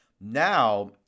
now